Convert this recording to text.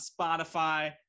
Spotify